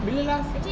bila last